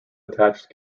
attached